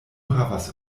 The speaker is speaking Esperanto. havas